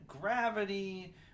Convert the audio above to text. Gravity